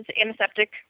antiseptic